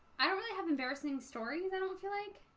i don't really have embarrassing stories, i don't feel like